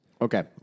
Okay